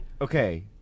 Okay